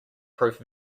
proof